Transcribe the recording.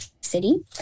city